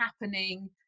happening